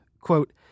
Quote